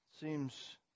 Seems